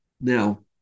Now